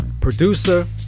producer